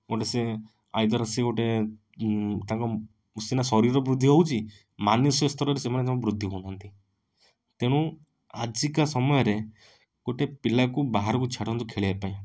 ଗୋଟେ ସେ ଆଇଦର୍ ସେ ଗୋଟେ ତାଙ୍କର ସିନା ଶରୀର ବୃଦ୍ଧି ହେଉଛି ମାନସିକ ସ୍ତରରେ ସେମାନେ ଜମା ବି ବୃଦ୍ଧି ହଉ ନାହାଁନ୍ତି ତେଣୁ ଆଜିକା ସମୟ ରେ ଗୋଟେ ପିଲାକୁ ବାହାରକୁ ଛାଡ଼ନ୍ତୁ ଖେଳିବା ପାଇଁ